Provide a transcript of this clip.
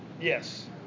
yes